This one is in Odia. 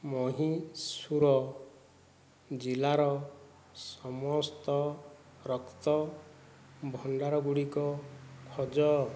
ମହୀଶୂର ଜିଲ୍ଲାର ସମସ୍ତ ରକ୍ତ ଭଣ୍ଡାର ଗୁଡ଼ିକ ଖୋଜ